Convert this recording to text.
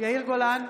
יאיר גולן,